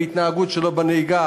בהתנהגות שלו בנהיגה,